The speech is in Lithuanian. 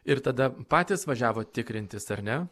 ir tada patys važiavot tikrintis ar ne